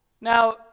Now